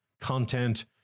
content